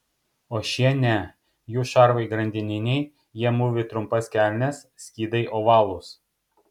o šie ne jų šarvai grandininiai jie mūvi trumpas kelnes skydai ovalūs